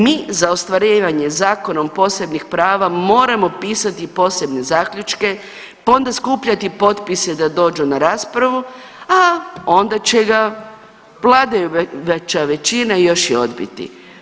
Mi za ostvarivanje zakonom posebnih prava moramo pisati posebne zaključke, pa ona skupljati potpise da dođu na raspravu, a onda će ga vladajuća većina još i odbiti.